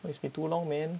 it's been too long man